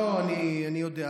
לא, אני יודע.